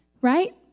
Right